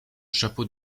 chapeau